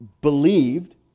believed